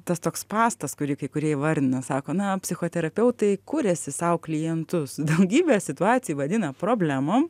tas toks spastas kurį kai kurie įvardina sako na psichoterapeutai kuriasi sau klientus daugybę situacijų vadina problemom